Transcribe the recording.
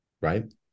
right